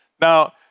Now